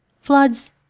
floods